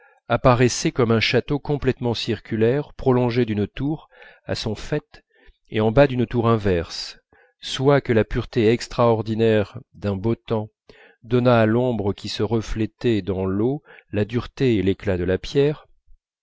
apparaissait comme un château circulaire complètement prolongé d'une tour à son faîte et en bas d'une tour inverse soit que la pureté extraordinaire d'un beau temps donnât à l'ombre qui se reflétait dans l'eau la dureté et l'éclat de la pierre